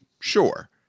sure